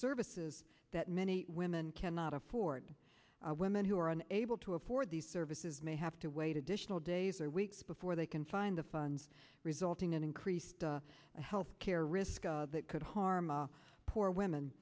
services that many women cannot afford women who are unable to afford these services may have to wait additional days or weeks before they can find the funds resulting in increased health care risk that could harm a poor women